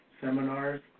seminars